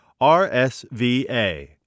RSVA